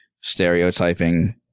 Stereotyping